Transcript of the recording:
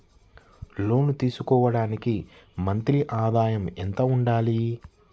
లోను తీసుకోవడానికి మంత్లీ ఆదాయము ఎంత ఉండాలి?